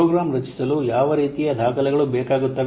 program ರಚಿಸಲು ಯಾವ ರೀತಿಯ ದಾಖಲೆಗಳು ಬೇಕಾಗುತ್ತವೆ